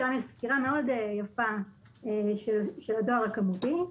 סקירה מאוד יפה של הדואר הכמותי.